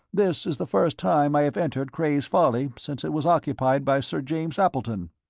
this is the first time i have entered cray's folly since it was occupied by sir james appleton.